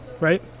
right